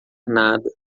nada